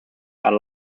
are